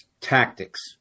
tactics